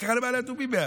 מה קרה למעלה אדומים מאז?